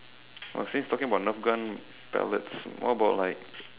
oh since talking about nerf gun pellets what about like